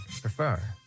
prefer